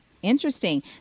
Interesting